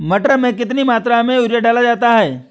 मटर में कितनी मात्रा में यूरिया डाला जाता है?